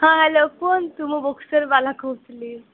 ହଁ ହେଲୋ କୁହନ୍ତୁ ମୁଁ ବୁକ୍ ଷ୍ଟୋରବାଲା କହୁଥିଲି